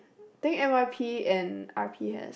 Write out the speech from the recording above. think N_Y_P and R_P has